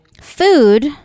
Food